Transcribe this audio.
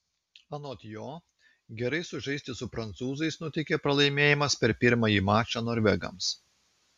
anot jo gerai sužaisti su prancūzais nuteikė pralaimėjimas per pirmąjį mačą norvegams